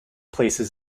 places